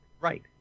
Right